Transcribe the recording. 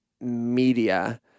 media